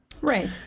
Right